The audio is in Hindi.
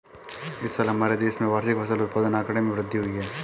इस साल हमारे देश में वार्षिक फसल उत्पादन आंकड़े में वृद्धि हुई है